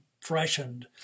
freshened